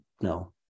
no